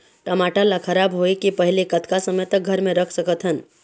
टमाटर ला खराब होय के पहले कतका समय तक घर मे रख सकत हन?